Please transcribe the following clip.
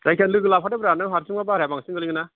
जायखिया लोगो लाफादोब्रा नों हारसिंब्ला भाराया बांसिन गोलैगोनना